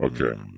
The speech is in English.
Okay